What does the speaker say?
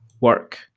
work